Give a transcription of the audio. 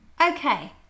okay